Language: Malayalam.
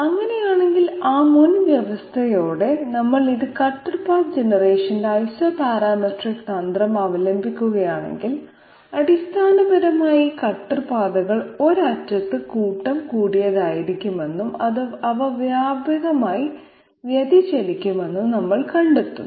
അങ്ങനെയാണെങ്കിൽ ആ മുൻ വ്യവസ്ഥയോടെ നമ്മൾ ഇത് കട്ടർ പാത്ത് ജനറേഷന്റെ ഐസോപാരാമെട്രിക് തന്ത്രം അവലംബിക്കുകയാണെങ്കിൽ അടിസ്ഥാനപരമായി ഈ കട്ടർ പാതകൾ ഒരു അറ്റത്ത് കൂട്ടം കൂടിയതായിരിക്കുമെന്നും അവ വ്യാപകമായി വ്യതിചലിക്കുമെന്നും നമ്മൾ കണ്ടെത്തും